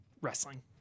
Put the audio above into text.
wrestling